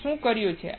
આપણે શું કર્યું